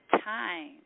time